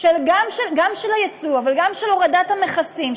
וגם של היצוא וגם של הורדת המכסים,